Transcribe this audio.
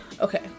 Okay